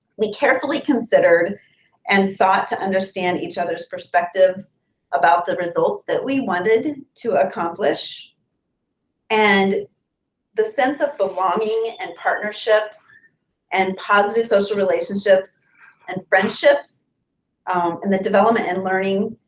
we carefully considered and sought to understand each other's perspectives about the results we wanted to accomplish and the sense of belonging and partnerships and positive social relationships and friendships and the development and learning,